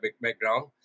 background